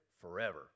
forever